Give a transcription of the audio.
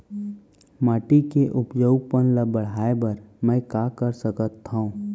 माटी के उपजाऊपन ल बढ़ाय बर मैं का कर सकथव?